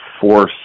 force